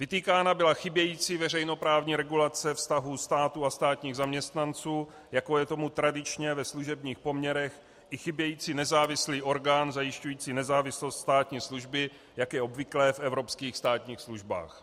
Vytýkána byla chybějící veřejnoprávní regulace vztahu státu a státních zaměstnanců, jako je tomu tradičně ve služebních poměrech, i chybějící nezávislý orgán zajišťující nezávislost státní služby, jak je obvyklé v evropských státních službách.